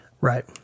Right